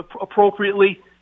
appropriately